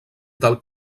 del